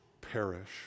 perish